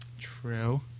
True